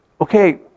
Okay